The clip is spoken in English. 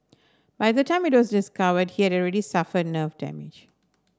by the time it was discovered he had already suffered nerve damage